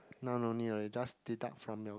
now no need already just deduct from your